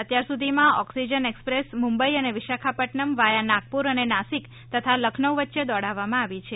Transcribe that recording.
અત્યાર સુધીમાં oxygen express Mumbai અને વિશાખાપદૃનમ વાયા નાગપુર અને નાસિક તથા લખનઉ વચ્ચે દોડાવવામાં આવી છે